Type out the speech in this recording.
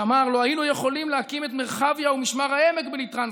שאמר: לא היינו יכולים להקים את מרחביה ומשמר העמק בלי טרנספר.